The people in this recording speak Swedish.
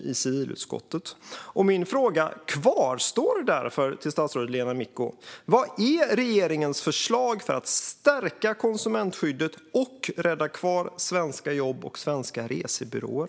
Min fråga till statsrådet Lena Micko kvarstår därför: Vad är regeringens förslag för att stärka konsumentskyddet och rädda svenska jobb och svenska resebyråer?